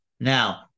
Now